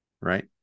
right